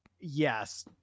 yes